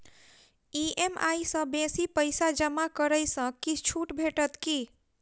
EMI सँ बेसी पैसा जमा करै सँ किछ छुट भेटत की?